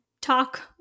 Talk